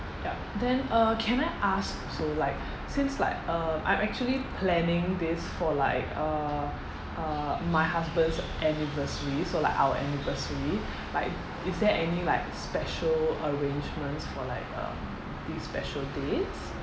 yup then uh can I ask also like since like uh I'm actually planning this for like uh uh my husband's anniversary so like our anniversary like is there any like special arrangements for like um these special dates